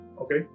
Okay